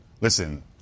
listen